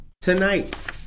tonight